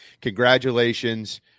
Congratulations